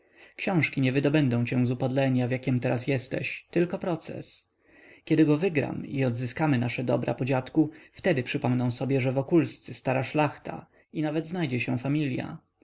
książki nie wydobędą cię z upodlenia w jakiem teraz jesteś tylko proces kiedy go wygram i odzyskamy nasze dobra po dziadku wtedy przypomną sobie że wokulscy stara szlachta i nawet znajdzie się familia